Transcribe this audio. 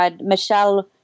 Michelle